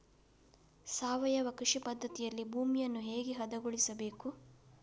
ಸಾವಯವ ಕೃಷಿ ಪದ್ಧತಿಯಲ್ಲಿ ಭೂಮಿಯನ್ನು ಹೇಗೆ ಹದಗೊಳಿಸಬೇಕು?